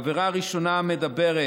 העבירה הראשונה אומרת